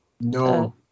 no